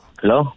Hello